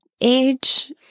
age